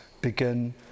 begin